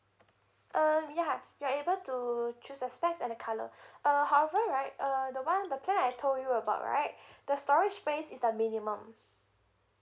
uh ya you are able to choose the specs and the colour uh however right uh the one the plan I told you about right the storage space is the minimum